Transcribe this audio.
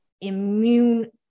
immune